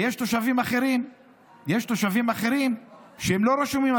ויש תושבים אחרים שהם לא רשומים,